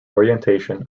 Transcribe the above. orientation